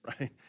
right